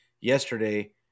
yesterday